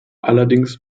allerdings